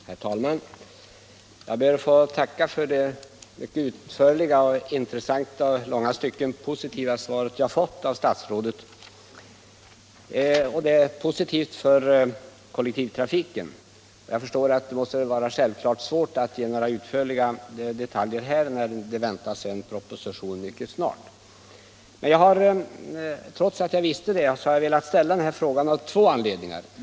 Herr talman! Jag ber att få tacka för det mycket utförliga, intressanta och i långa stycken positiva svar som jag fått av statsrådet. Det är positivt för kollektivtrafiken. Självfallet måste det vara svårt att här gå in mera på detaljer när en proposition väntas mycket snart. Trots att jag visste detta har jag velat ställa frågan av två anledningar.